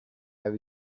have